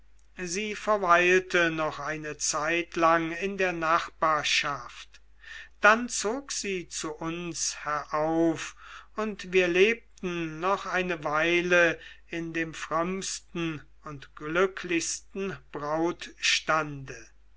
sie verweilte noch eine zeitlang in der nachbarschaft dann zog sie zu uns herauf und wir lebten noch eine weile in dem frömmsten und glücklichsten